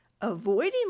Avoiding